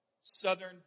southern